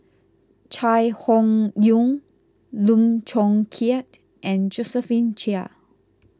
Chai Hon Yoong Lim Chong Keat and Josephine Chia